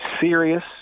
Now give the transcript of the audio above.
serious